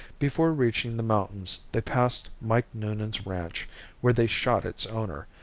before reaching the mountains they passed mike noonan's ranch where they shot its owner,